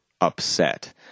upset